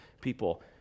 people